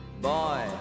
boy